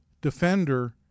defender